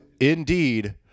indeed